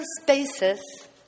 spaces